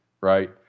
Right